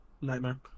Nightmare